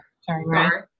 Sorry